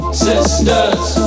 sisters